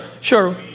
Sure